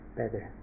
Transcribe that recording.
better